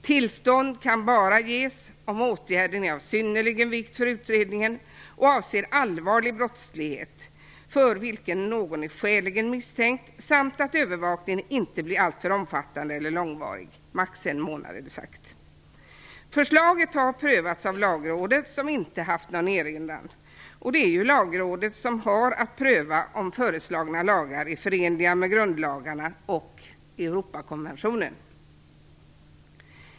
Tillstånd kan bara ges om åtgärden är av synnerlig vikt för utredningen och avser allvarlig brottslighet för vilken någon är skäligen misstänkt. Övervakningen får inte heller bli alltför omfattande eller långvarig - maximalt en månad är det sagt. Förslaget har prövats av Lagrådet som inte haft någon erinran. Det är ju Lagrådet som har att pröva om föreslagna lagar är förenliga med grundlagarna och med Europakonventionen.